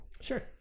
sure